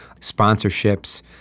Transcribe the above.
sponsorships